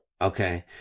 Okay